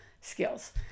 skills